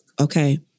okay